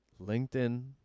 LinkedIn